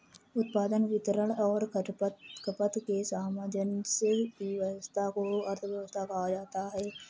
उत्पादन, वितरण और खपत के सामंजस्य की व्यस्वस्था को अर्थव्यवस्था कहा जाता है